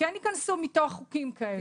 כן ייכנסו מתוך חוקים כאלה,